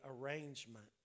arrangement